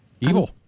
evil